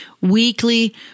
weekly